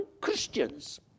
Christians